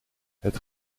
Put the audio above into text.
het